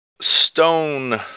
stone